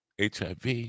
HIV